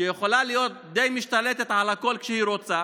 שיכולה להיות די משתלטת על הכול כשהיא רוצה,